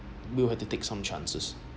we'll have to take some chances